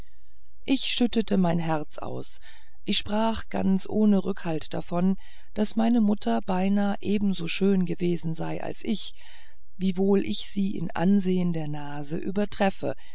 ich schüttete mein herz aus ich sprach ganz ohne rückhalt davon daß meine mutter beinahe ebenso schön gewesen sei als ich wiewohl ich sie in ansehung der nase übertreffe